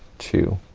two,